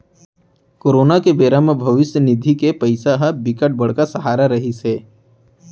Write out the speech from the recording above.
corona के बेरा म भविस्य निधि के पइसा ह बिकट बड़का सहारा रहिस हे